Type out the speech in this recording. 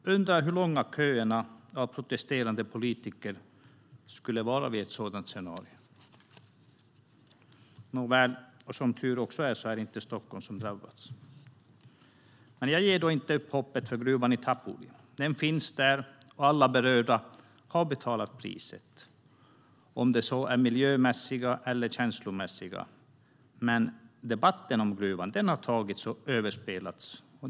Jag undrar hur långa köerna av protesterande politiker skulle vara vid ett sådant scenario. Nåväl, och som tur är, är det inte Stockholm som har drabbats. Jag ger ändå inte upp hoppet för gruvan i Tapuli. Den finns där, och alla berörda har betalat priset, om det så är miljömässigt eller känslomässigt. Men debatten om gruvan har tagits och är överspelad.